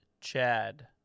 Chad